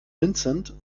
vincent